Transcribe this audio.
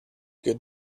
good